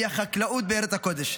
והיא החקלאות בארץ הקודש.